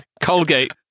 Colgate